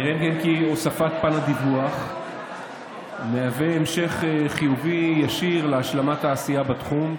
נראה כי הוספת פן הדיווח מהווה המשך חיובי ישיר להשלמת העשייה בתחום,